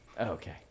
Okay